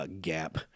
gap